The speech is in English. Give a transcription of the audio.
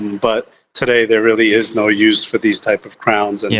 but today, there really is no use for these type of crowns, and